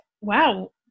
wow